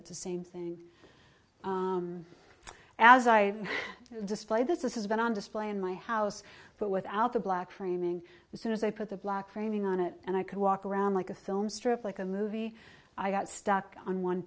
it the same thing as i display this is has been on display in my house but without the black framing as soon as i put the black framing on it and i could walk around like a film strip like a movie i got stuck on one